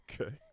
Okay